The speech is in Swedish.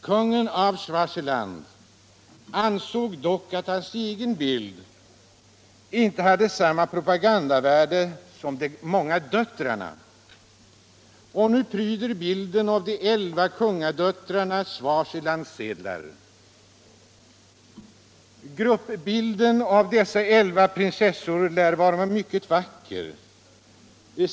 Kungen av Swaziland ansåg dock att hans egen bild . inte hade samma propagandavärde som bilden av de många döttrarna. Och nu pryder bilden av de elva kungadöttrarna Swazilands sedlar. Gruppbilden av dessa elva prinsessor lär vara mycket vacker.